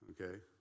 okay